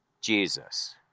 Jesus